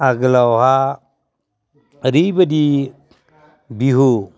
आगोलावहा ओरैबायदि बिहु